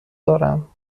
دارم